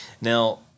Now